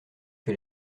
que